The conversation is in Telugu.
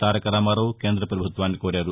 తారకరామారావు కేంద పభుత్వాన్ని కోరారు